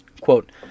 Quote